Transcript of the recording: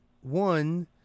one –